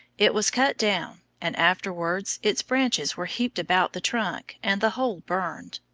it was cut down, and afterwards its branches were heaped about the trunk and the whole burned.